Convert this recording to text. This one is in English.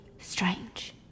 strange